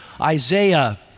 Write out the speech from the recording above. Isaiah